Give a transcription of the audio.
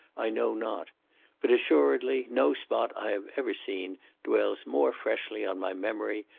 i know not but, assuredly, no spot i have ever seen dwells more freshly on my memory,